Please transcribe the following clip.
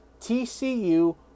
TCU